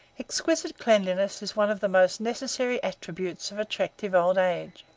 exquisite cleanliness is one of the most necessary attributes of attractive old age,